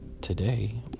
today